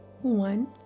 one